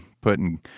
Putting